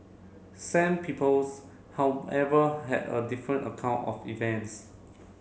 however had a different account of events